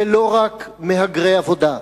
זה לא רק מהגרי עבודה,